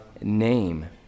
name